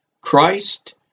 Christ